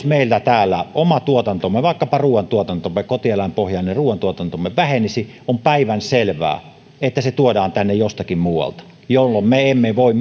meillä täällä oma tuotantomme vaikkapa ruuantuotantomme kotieläinpohjainen ruuantuotantomme vähenisi on päivänselvää että se tuodaan tänne jostakin muualta jolloin me emme voi